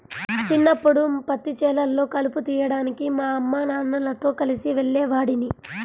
చిన్నప్పడు పత్తి చేలల్లో కలుపు తీయడానికి మా అమ్మానాన్నలతో కలిసి వెళ్ళేవాడిని